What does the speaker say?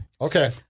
Okay